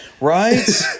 right